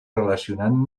relacionant